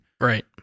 Right